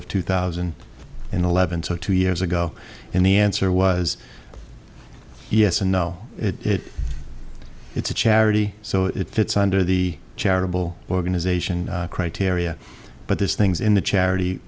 of two thousand and eleven so two years ago and the answer was yes and no it it's a charity so it fits under the charitable organization criteria but this things in the charity